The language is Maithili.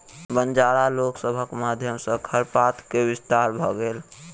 बंजारा लोक सभक माध्यम सॅ खरपात के विस्तार भ गेल